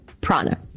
prana